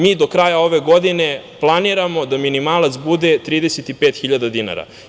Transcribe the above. Mi do kraja ove godine planiramo da minimalac bude 35.000 dinara.